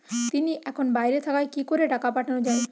তিনি এখন বাইরে থাকায় কি করে টাকা পাঠানো য়ায়?